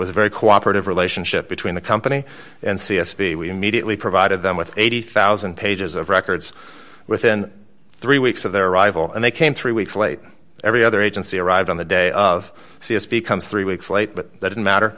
was very cooperative relationship between the company and c s p we immediately provided them with eighty thousand pages of records within three weeks of their arrival and they came three weeks late every other agency arrived on the day of c s p comes three weeks late but didn't matter